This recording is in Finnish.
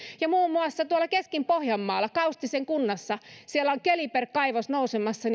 muun muassa tuolla keski pohjanmaalla kaustisen kunnassa on keliber kaivos nousemassa